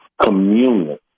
communion